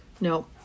No